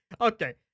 Okay